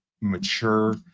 mature